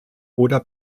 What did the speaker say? oder